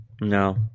no